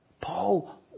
Paul